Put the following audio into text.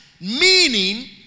Meaning